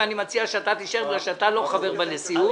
ואני מציע שאתה תישאר בגלל שאתה לא חבר בנשיאות.